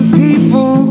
people